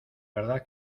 verdad